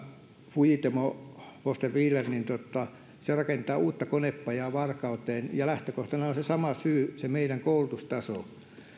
sumitomo foster wheeler rakentaa uutta konepajaa varkauteen ja lähtökohtana on sama syy se meidän koulutustasomme